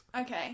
Okay